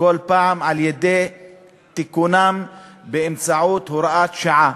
על-ידי תיקונם באמצעות הוראת שעה.